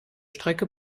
strecke